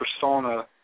persona